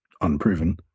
unproven